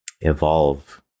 evolve